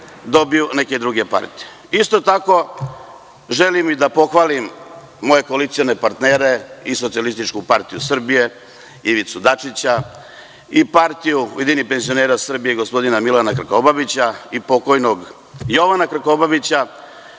dobiju neke druge partije. Isto tako želim i da pohvalim moje koalicione partnere i Socijalističku partiju Srbije, Ivicu Dačića i Partiju ujedinjenih penzionera Srbine, gospodina Milana Krkobabića i pokojnog Jovana Krkobabića,